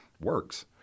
works